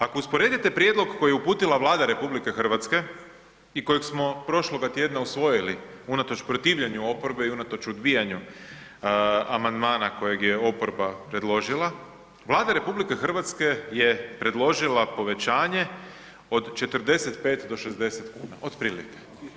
Ako usporedite prijedlog koji je uputila Vlada RH i kojeg smo prošlog tjedna usvojili unatoč protivljenju oporbe i unatoč odbijanju amandmana kojeg je oporba predložila, Vlada RH je predložila povećanje od 45 do 60 kn otprilike.